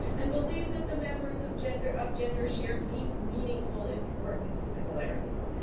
and believe that the members of gender of gender share deep, meaningful, important similarities.